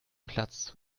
platz